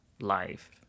life